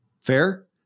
Fair